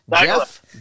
Jeff